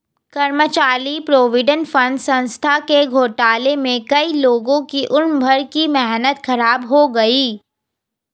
कर्मचारी provident fund संस्था के घोटाले में कई लोगों की उम्र भर की मेहनत ख़राब हो गयी